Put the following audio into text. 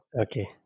Okay